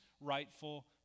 rightful